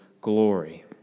glory